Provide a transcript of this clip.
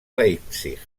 leipzig